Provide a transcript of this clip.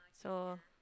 so